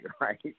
right